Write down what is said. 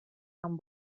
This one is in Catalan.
amb